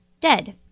dead